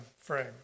frame